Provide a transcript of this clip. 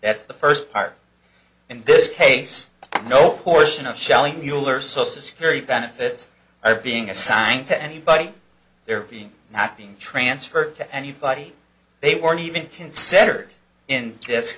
that's the first part in this case no portion of shelling mueller social security benefits are being assigned to anybody they're being not being transferred to anybody they weren't even considered in this